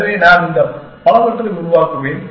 எனவே நான் இந்த பலவற்றை உருவாக்குவேன்